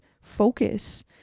focus